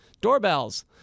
doorbells